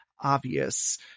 obvious